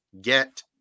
get